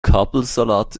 kabelsalat